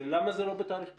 למה זה לא בתהליך פתוח?